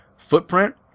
Footprint